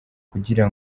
kugira